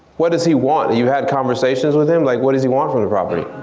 what does he want, you had conversation with him? like what does he want for the property?